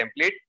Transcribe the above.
template